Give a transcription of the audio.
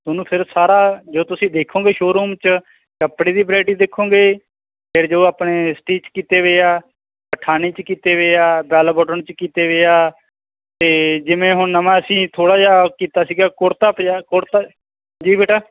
ਤੁਹਾਨੂੰ ਫਿਰ ਸਾਰਾ ਜੋ ਤੁਸੀਂ ਦੇਖੋਗੇ ਸ਼ੋਰੂਮ 'ਚ ਕੱਪੜੇ ਦੀ ਵਰਾਈਟੀ ਦੇਖੋਗੇ ਫਿਰ ਜੋ ਆਪਣੇ ਸਟੀਚ ਕੀਤੇ ਹੋਏ ਆ ਪਠਾਨੀ 'ਚ ਕੀਤੇ ਹੋਏ ਆ ਵੈਲ ਬੋਟਨ 'ਚ ਕੀਤੇ ਹੋਏ ਆ ਅਤੇ ਜਿਵੇਂ ਹੁਣ ਨਵਾਂ ਅਸੀਂ ਥੋੜ੍ਹਾ ਜਿਹਾ ਕੀਤਾ ਸੀਗਾ ਕੁੜਤਾ ਪਜਾ ਕੁੜਤਾ ਜੀ ਬੇਟਾ